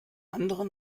anderen